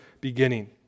beginning